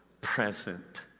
present